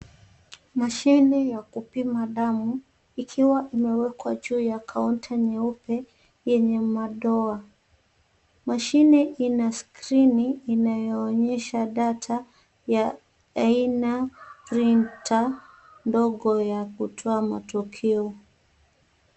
Mashine ya kupima damu ikiwa imewekwa juu ya kaunta nyeupe yenye madoa. Mashine ina skirini inayoonyesha data ya aina printer ndogo ya kutoa matokeo.